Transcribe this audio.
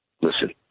Listen